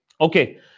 Okay